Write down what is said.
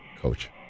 Coach